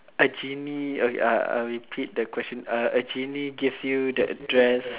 a genie uh repeat the question uh a genie gives you the address